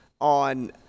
on